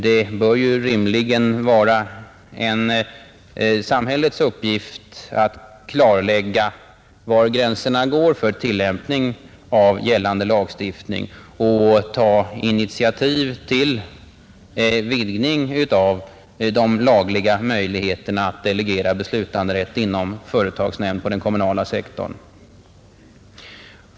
Det bör ju rimligen vara en samhällets uppgift att klarlägga var gränserna går för tillämpning av gällande lagstiftning och ta initiativ till vidgning av de lagliga möjligheterna att delegera beslutanderätt inom företagsnämnd på den kommunala sektorn.